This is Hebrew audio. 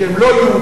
שהן לא יהודיות?